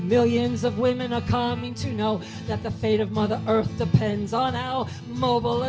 millions of women are coming to know that the fate of mother earth the pens on our mobil